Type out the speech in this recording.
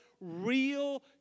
real